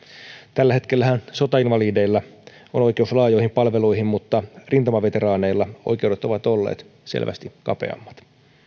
tällä hetkellähän sotainvalideilla on oikeus laajoihin palveluihin mutta rintamaveteraaneilla oikeudet ovat olleet selvästi kapeammat